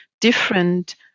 different